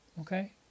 okay